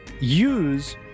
use